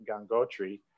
Gangotri